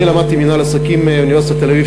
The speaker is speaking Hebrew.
אני למדתי מינהל עסקים באוניברסיטת תל-אביב,